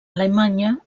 alemanya